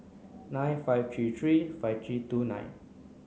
nine five three three five three two nine